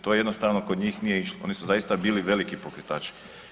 To jednostavno kod njih nije išlo, oni su zaista bili veliki pokretači.